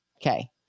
Okay